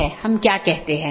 इसपर हम फिर से चर्चा करेंगे